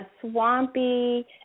swampy